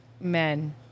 men